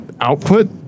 output